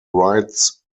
rights